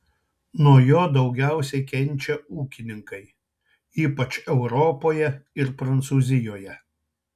nuo jo daugiausiai kenčia ūkininkai ypač europoje ir prancūzijoje